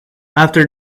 after